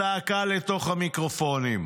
זעקה לתוך המיקרופונים,